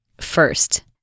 First